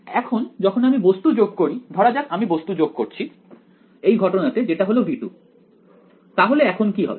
এখন যখন আমি বস্তু যোগ করি ধরা যাক আমি বস্তু যোগ করছি এই ঘটনাতে যেটা হল V2 তাহলে এখন কি হবে